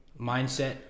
mindset